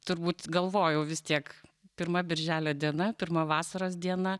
turbūt galvojau vis tiek pirma birželio diena pirma vasaros diena